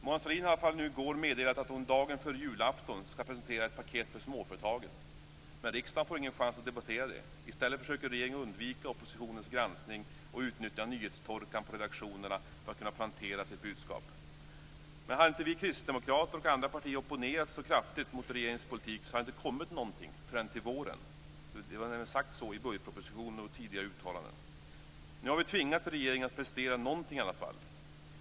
Mona Sahlin meddelade i alla fall i går att hon dagen före julafton skall presentera ett paket för småföretagen, men riksdagen får ingen chans att debattera det. I stället försöker regeringen att undvika oppositionens granskning och utnyttja nyhetstorkan på redaktionerna för att kunna plantera sitt budskap. Hade inte vi kristdemokrater och andra partier opponerat oss så kraftigt mot regeringens politik, hade det inte kommit någonting förrän till våren. Det har nämligen sagts så i budgetpropositionen och i tidigare uttalanden. Nu har vi tvingat regeringen att prestera någonting i alla fall.